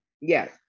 Yes